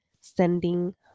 sending